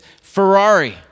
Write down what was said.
Ferrari